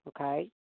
Okay